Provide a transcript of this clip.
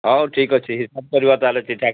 ହେଉ ଠିକ୍ ଅଛି ହିସାବ କରିବା ତାହେଲେ ଚିଠା